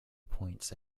points